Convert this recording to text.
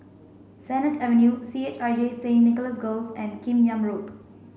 Sennett Avenue C H I J Saint Nicholas Girls and Kim Yam Road